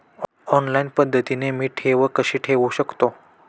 Online पद्धतीने मी ठेव कशी ठेवू शकतो?